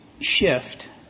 shift